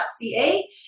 Ca